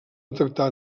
detectar